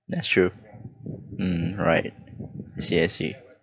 that's true mm right I see I see